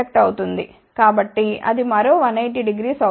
కాబట్టి అది మరో 1800 అవుతుంది